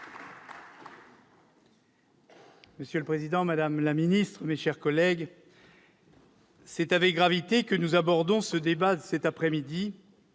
Monsieur le président, madame la ministre des armées, mes chers collègues, c'est avec gravité que nous abordons le débat de cet après-midi,